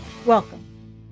Welcome